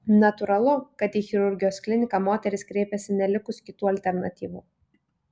natūralu kad į chirurgijos kliniką moterys kreipiasi nelikus kitų alternatyvų